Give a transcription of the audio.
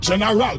General